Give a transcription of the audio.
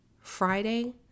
Friday